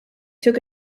took